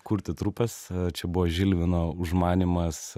kurti trupės čia buvo žilvino užmanymas